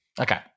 Okay